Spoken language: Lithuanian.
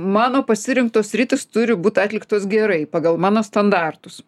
mano pasirinktos sritys turi būt atliktos gerai pagal mano standartus